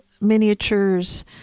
miniatures